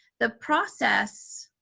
the process,